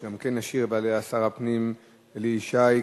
שגם עליהן ישיב שר הפנים אלי ישי,